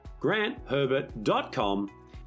grantherbert.com